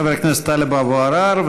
חבר הכנסת טלב אבו עראר,